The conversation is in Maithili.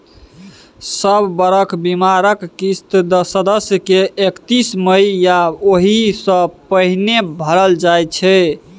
सब बरख बीमाक किस्त सदस्य के एकतीस मइ या ओहि सँ पहिने भरल जाइ छै